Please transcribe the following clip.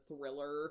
thriller